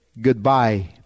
goodbye